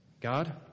God